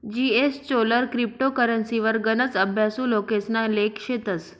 जीएसचोलर क्रिप्टो करेंसीवर गनच अभ्यासु लोकेसना लेख शेतस